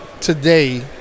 today –